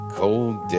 cold